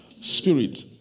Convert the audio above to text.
spirit